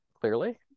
clearly